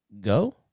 go